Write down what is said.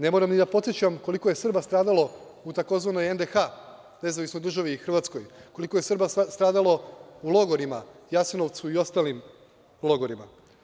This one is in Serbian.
Ne moram ni da podsećam koliko je Srba stradalo u tzv. NDH – nezavisnoj državi Hrvatskoj, koliko je Srba stradalo u logorima Jasenovcu i ostalim logorima.